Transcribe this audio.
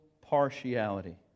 partiality